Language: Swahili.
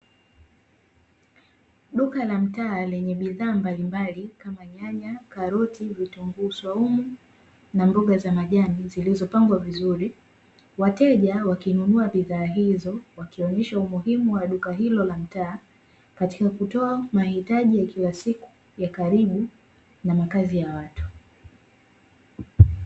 Duka la mtaa lenye bidhaa mbalimbali kama nyanya, karoti, vitunguu swaumu na mboga za majani zilizopangwa vizuri, wateja wakinunua bidhaa hizo wakionesha umuhimu wa duka hilo la mtaa katika kutoa mahitaji ya kila siku ya karibu na makazi ya watu.